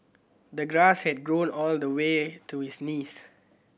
the grass had grown all the way to his knees